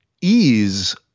ease